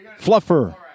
Fluffer